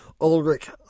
Ulrich